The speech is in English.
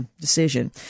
decision